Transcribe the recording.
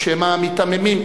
או שמא מיתממים.